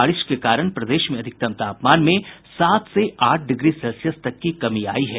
बारिश के कारण प्रदेश में अधिकतम तापमान में सात से आठ डिग्री सेल्सियस की कमी आयी है